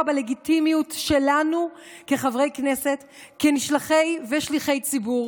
בלגיטימיות שלנו כחברי כנסת וכשליחי ציבור.